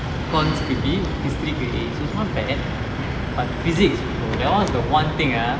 econs B history A so is not bad but physics that one is the one thing ah